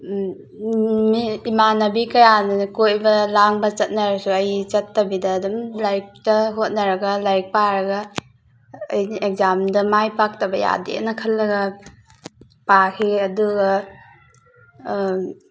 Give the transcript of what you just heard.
ꯏꯃꯥꯟꯅꯕꯤ ꯀꯌꯥꯅ ꯀꯣꯏꯕ ꯂꯥꯡꯕ ꯆꯠꯅꯔꯁꯨ ꯑꯩ ꯆꯠꯇꯕꯤꯗ ꯑꯗꯨꯝ ꯂꯥꯏꯔꯤꯛꯇ ꯍꯣꯠꯅꯔꯒ ꯂꯥꯏꯔꯤꯛ ꯄꯥꯔꯒ ꯑꯩꯅ ꯑꯦꯛꯖꯥꯝꯗ ꯃꯥꯏ ꯄꯥꯛꯇꯕ ꯌꯥꯗꯦꯅ ꯈꯜꯂꯒ ꯄꯥꯈꯤ ꯑꯗꯨꯒ